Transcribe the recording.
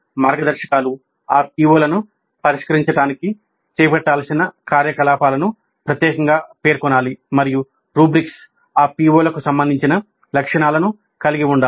మార్గదర్శకాలు ఆ PO లను పరిష్కరించడానికి చేపట్టాల్సిన కార్యకలాపాలను ప్రత్యేకంగా పేర్కొనాలి మరియు రుబ్రిక్స్ ఆ PO లకు సంబంధించిన లక్షణాలను కలిగి ఉండాలి